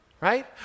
right